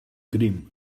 grime